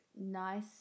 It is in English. nice